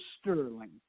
Sterling